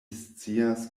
scias